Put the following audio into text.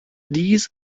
dies